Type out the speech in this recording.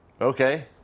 okay